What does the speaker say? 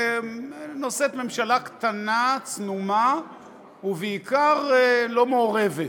נושאת ממשלה קטנה, צנומה ובעיקר לא מעורבת,